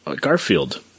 Garfield